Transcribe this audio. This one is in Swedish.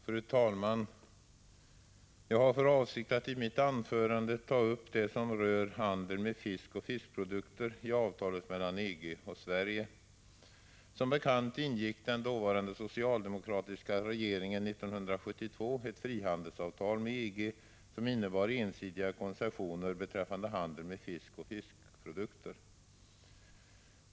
Fru talman! Jag har för avsikt att i mitt anförande ta upp det som rör handeln med fisk och fiskprodukter i avtalet mellan EG och Sverige. Som bekant ingick den dåvarande socialdemokratiska regeringen 1972 ett frihandelsavtal med EG som innebar ensidiga koncessioner beträffande handeln med fisk och fiskprodukter.